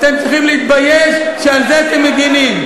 אתם צריכים להתבייש שעל זה אתם מגינים.